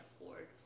afford